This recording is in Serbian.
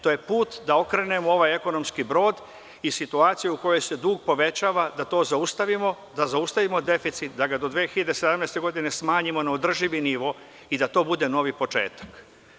To je put da okrenemo ovaj ekonomski brod i situacija u kojoj se dug povećava, da to zaustavimo, da zaustavimo deficit, da ga do 2017. godine smanjimo na održivi nivo i da to bude novi početak.